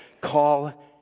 call